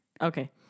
okay